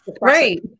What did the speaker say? Right